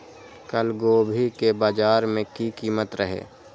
कल गोभी के बाजार में की कीमत रहे?